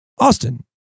Austin